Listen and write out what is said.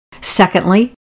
Secondly